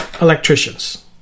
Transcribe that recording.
electricians